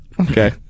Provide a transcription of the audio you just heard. Okay